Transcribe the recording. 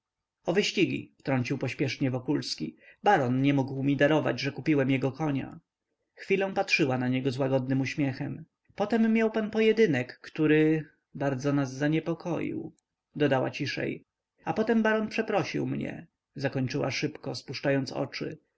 wyścigi wtrącił pośpiesznie wokulski baron nie mógł mi darować że kupiłem jego konia chwilę patrzyła na niego z łagodnym uśmiechem potem miał pan pojedynek który bardzo nas zaniepokoił dodała ciszej a potem baron przeprosił mnie zakończyła szybko spuszczając oczy